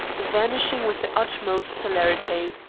vanishing with the utmost celerity.